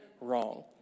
wrong